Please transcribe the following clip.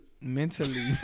Mentally